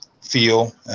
feel